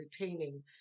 retaining